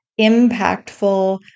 impactful